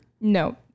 No